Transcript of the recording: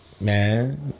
Man